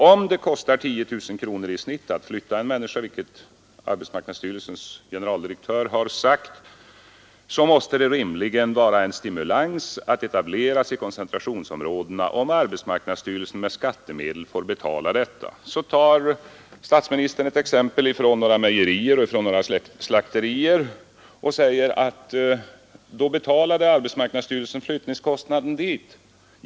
Om det kostar 10 000 kronor i snitt att flytta en människa, vilket arbetsmarknadsstyrelsens generaldirektör har sagt, måste det rimligen vara en stimulans att etablera sig i koncentrationsom rådena, om arbetsmarknadsstyrelsen med skattemedel får betala detta. Statsministern tog exempel från några mejerier och från några slakterier och sade att arbetsmarknadsstyrelsen betalat flyttningskostna den dit.